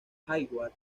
hayward